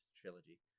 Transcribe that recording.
trilogy